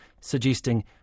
suggesting